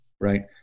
Right